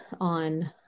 on